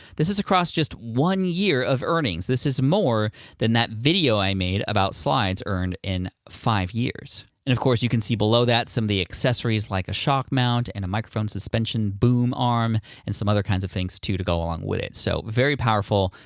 this is across just one year of earnings. this is more than that video i made about slides earned in five years. and of course, you can see below that some of the accessories like a shock mount and a microphone suspension boom arm and some other kinds of things too to go along with it. so very powerful,